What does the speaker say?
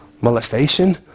molestation